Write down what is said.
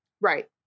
Right